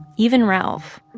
even ralph,